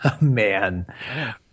Man